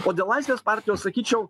o dėl laisvės partijos sakyčiau